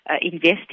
investing